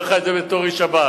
אני אומר את זה בתור איש שב"כ,